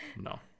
No